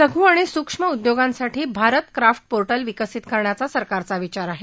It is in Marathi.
लघु आणि सूक्ष्म उदयोगांसाठी भारत क्राफ्ट पोर्टल विकसित करण्याचा सरकारचा विचार आहे